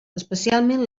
especialment